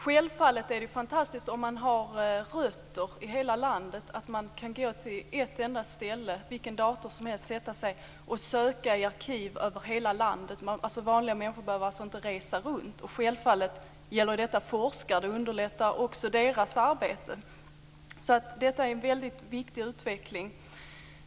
Självfallet är det fantastiskt - om man har rötter i hela landet - att man kan gå till ett enda ställe, till vilken dator som helst och söka i arkiven över hela landet. Man behöver alltså inte resa runt. Detta underlättar givetvis också forskarnas arbete. Det här är en väldigt viktig utveckling.